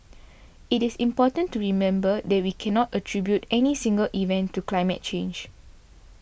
it is important to remember that we cannot attribute any single event to climate change